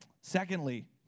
Secondly